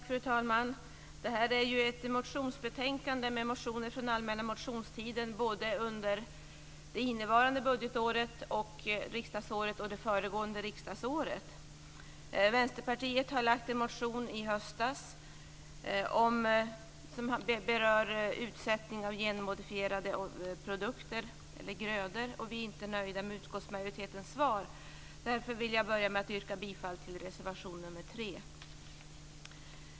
Fru talman! Det här är ett betänkande kring motioner från allmänna motionstiden från både innevarande och föregående riksdagsår. Vänsterpartiet väckte i höstas en motion som berör utsättning av genmodifierade grödor. Men vi är inte nöjda med utskottsmajoritetens svar och därför yrkar jag bifall till reservation nr 3.